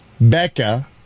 Becca